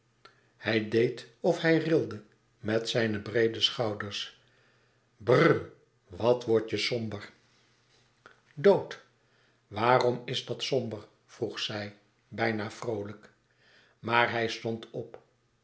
hij deed of hij rilde met zijne breede schouders brr wat wordt je somber dood waarom is dat somber vroeg zij bijna vroolijk maar hij stond op